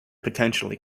potentially